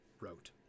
wrote